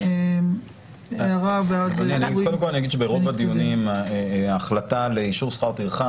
ברוב הדיונים ההחלטה לאישור שכר טרחה